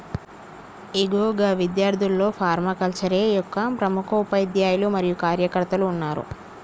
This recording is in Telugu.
ఇగో గా ఇద్యార్థుల్లో ఫర్మాకల్చరే యొక్క ప్రముఖ ఉపాధ్యాయులు మరియు కార్యకర్తలు ఉన్నారు